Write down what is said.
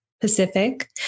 Pacific